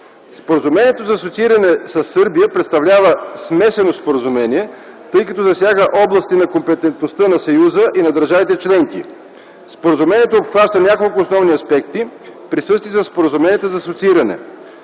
стабилизиране и асоцииране със Сърбия представлява „смесено” споразумение, тъй като засяга области на компетентността на Съюза и на държавите членки. Споразумението обхваща няколко основни аспекти, присъщи за споразуменията за асоцииране: